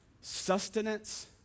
sustenance